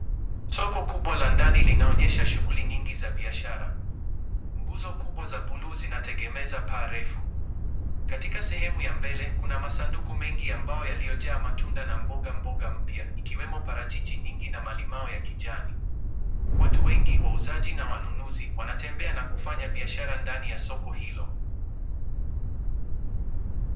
Soko kubwa la ndani linaonyesha shughuli nyingi za biashara. Nguzo kubwa za bluu zinategemeza paa refu. Katika sehemu ya mbele kuna masanduku mengi ambayo yaliyojaa matunda na mboga mboga mpya, ikiwemo parachichi nyingi na malimau ya kijani. Watu wengi wauzaji na wanunuzi, wanatembea na kufanya biashara ndani ya soko hilo.